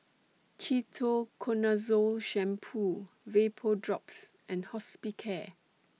Ketoconazole Shampoo Vapodrops and Hospicare